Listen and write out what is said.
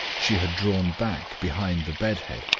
she had drawn back behind the bed head,